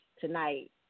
tonight